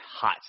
hot